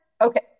okay